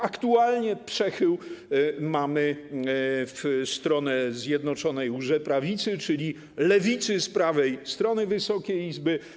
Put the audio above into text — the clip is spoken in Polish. Aktualnie mamy przechył w stronę Zjednoczonej łże-Prawicy, czyli lewicy z prawej strony Wysokiej Izby.